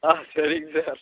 ஆ சரிங்க சார்